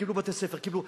קיבלו בתי-ספר.